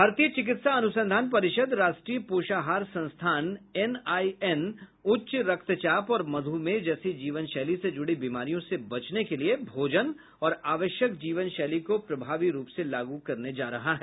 भारतीय चिकित्सा अनुसंधान परिषद राष्ट्रीय पोषाहार संस्थान एनआईएन उच्च रक्तचाप और मध्मेह जैसी जीवनशैली से जुड़ी बीमारियों से बचने के लिए भोजन और आवश्यक जीवन शैली को प्रभावी रूप से लागू करने जा रहा है